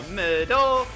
middle